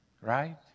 Right